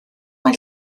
mae